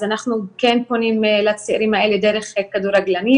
אז אנחנו כן פונים לצעירים האלה דרך כדורגלנים,